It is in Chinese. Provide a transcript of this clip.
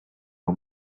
优良